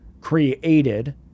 created